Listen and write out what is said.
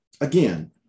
again